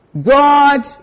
God